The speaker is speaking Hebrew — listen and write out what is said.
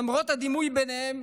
ולמרות הדמיון ביניהם,